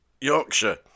Yorkshire